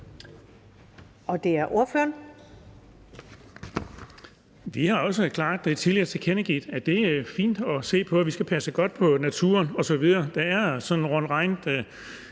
Bonnesen (V): Vi har også klart tidligere tilkendegivet, at det er fint at se på, og at vi skal passe godt på naturen osv. Der er sådan rundt regnet